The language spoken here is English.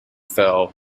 fell